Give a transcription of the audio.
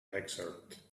excerpt